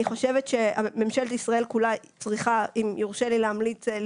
חושבת שממשלת ישראל כולה צריכה אם יורשה לי להמליץ,